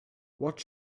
what